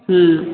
हुँ